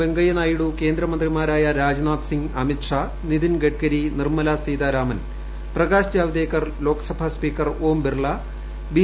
വെങ്കയ്യ നായിഡു കേന്ദ്രമന്ത്രിമാരായ Rajnath Singh Amit Shah Nitin Gadkari Nirmala Sitharaman Prakash Javadekar Lok Sabha speaker Om Birla B